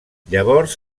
llavors